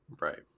Right